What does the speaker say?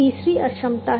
तीसरी अक्षमता है